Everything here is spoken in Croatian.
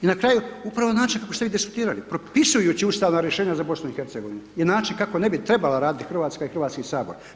I na kraju upravo način kako ste vi diskutirali propisujući ustavna rješenja za BiH je način kako ne bi trebala raditi Hrvatska i Hrvatski sabor.